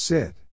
Sit